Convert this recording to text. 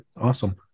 Awesome